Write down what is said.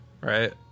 right